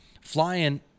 Flying